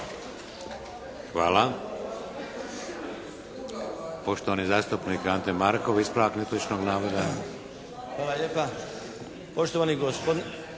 Hvala. Poštovani zastupnik Ante Markov, ispravak netočnog navoda. **Markov, Ante (HSS)** Hvala lijepa. Poštovani gospodine